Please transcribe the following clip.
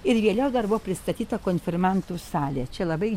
ir vėliau dar buvo pristatyta konfirmantų salė čia labai